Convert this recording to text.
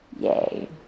Yay